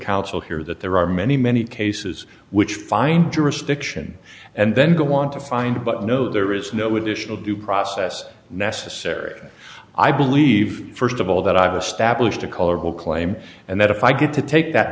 counsel here that there are many many cases which find jurisdiction and then go on to find but no there is no additional due process necessary i believe first of all that i've established a colorable claim and that if i get to take that